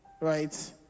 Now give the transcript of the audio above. right